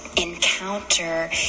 encounter